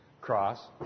cross